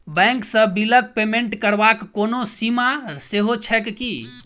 Bank सँ बिलक payment करबाक कोनो सीमा सेहो छैक की?